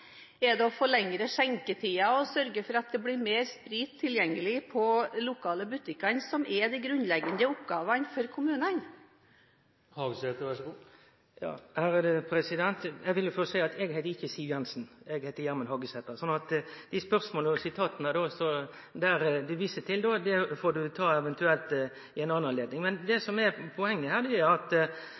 Er det å få lengre skjenketider og sørge for at det blir mer sprit tilgjengelig på de lokale butikkene som er de grunnleggende oppgavene for kommunene? Eg vil først seie at eg heiter ikkje Siv Jensen – eg heiter Gjermund Hagesæter, så spørsmål i tilknyting til det sitatet du viser til, får du eventuelt ta ved ei anna anledning. Men det som er poenget her, er at